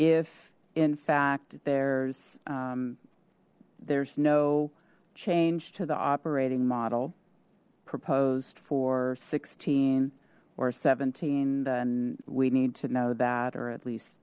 if in fact there's there's no change to the operating model proposed for sixteen or seventeen then we need to know that or at least